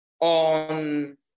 on